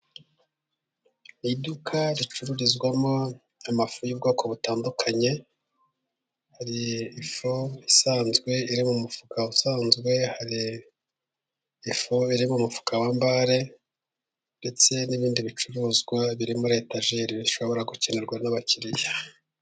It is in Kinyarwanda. Iduka ricururizwamo amafu y'ubwoko butandukanye, hari ifu isanzwe iri mu mufuka usanzwe, hari ifu iri mu mufuka wa mbare ndetse n'ibindi bicuruzwa biri muri etajeri bishobora gukenerwa n'abakiriya.